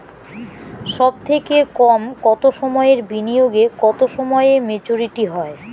সবথেকে কম কতো সময়ের বিনিয়োগে কতো সময়ে মেচুরিটি হয়?